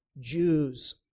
Jews